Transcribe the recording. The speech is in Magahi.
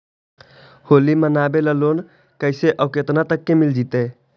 होली मनाबे ल लोन कैसे औ केतना तक के मिल जैतै?